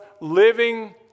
living